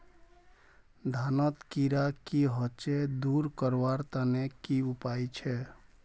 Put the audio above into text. धानोत कीड़ा की होचे दूर करवार तने की उपाय छे?